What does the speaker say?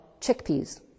chickpeas